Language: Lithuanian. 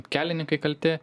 kelininkai kalti